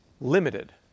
limited